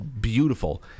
beautiful